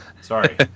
Sorry